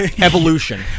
evolution